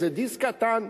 איזה דיסק קטן.